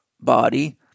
body